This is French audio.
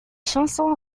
chansons